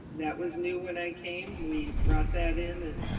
that was new when i came. we brought that in and